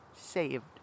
saved